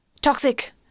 toxic